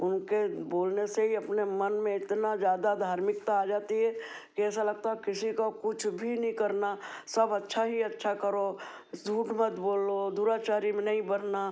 उनके बोलने से ही अपने मन में इतना ज़्यादा धार्मिकता आ जाती है कि ऐसा लगता किसी को कुछ भी नहीं करना सब अच्छा ही अच्छा करो झूठ मत बोलो दुराचारी में नहीं बनान